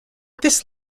this